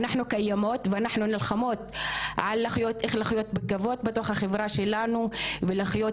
אנחנו קיימות ואנחנו נלחמות על איך לחיות בכבוד בתוך החברה שלנו ולחיות